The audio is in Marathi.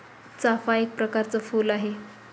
चाफा एक प्रकरच फुल आहे